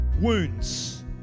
wounds